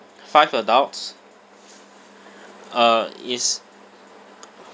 five adults uh is